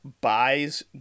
buys